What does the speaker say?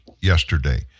yesterday